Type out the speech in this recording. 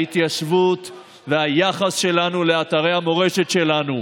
ההתיישבות והיחס שלנו לאתרי המורשת שלנו.